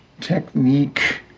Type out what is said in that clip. technique